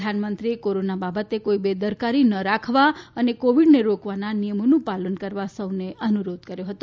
પ્રધાનમંત્રીએ કોરોના બાબતે કોઇ બેદરકારી ન રાખવા અને કોવિડને રોકવાના નિયમોનું ાલન કરવા સફને અનુરોધ કર્યો હતો